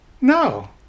No